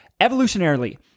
evolutionarily